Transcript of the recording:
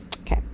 Okay